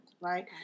right